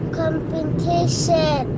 computation